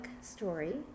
story